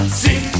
see